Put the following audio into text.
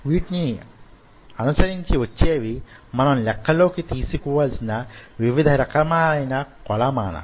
వీటికి అనుసరించి వచ్చేవి మనము లెక్కలోకి తీసుకోవలసిన వివిధ రకాలయిన కొలమానాలు